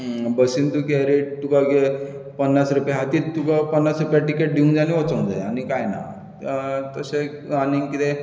बसीन कितें तुका रेट कितें तुका पन्नास रुपया हातीत पन्नास रुपया टिकेट दिवंक जाय आनी वोचोंक जाय आनीक कांय ना आनीक तशें आनी कितें